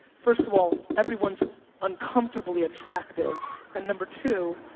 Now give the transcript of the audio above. first of all, everyone's uncomfortably attractive and number two